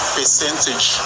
percentage